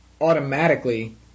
automatically